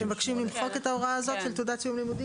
אתם מבקשים למחוק את ההוראה הזאת של תעודת סיום לימודים?